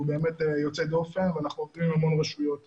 הוא באמת יוצא דופן ואנחנו עובדים עם רשויות רבות.